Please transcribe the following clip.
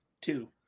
two